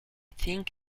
think